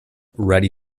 ready